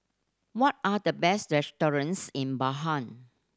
what are the best restaurants in